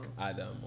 adam